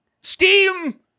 Steam